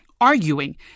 arguing